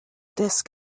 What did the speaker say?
desk